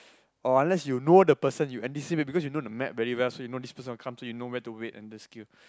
or unless you know the person you anticipate because you know the map very well so you just wait and just kill